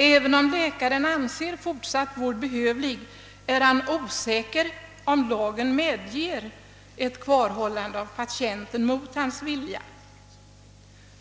Även om läkaren anser fortsatt vård behövlig, är han osäker om huruvida lagen medger ett kvarhållande av patienten mot hans vilja.